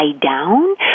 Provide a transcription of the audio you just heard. down